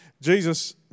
Jesus